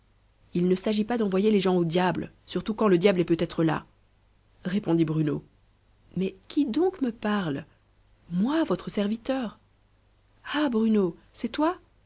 il ne s'agit pas d'envoyer les gens au diable surtout quand le diable est peut-être là répondit bruno mais qui donc me parle moi votre serviteur ah bruno c'est toi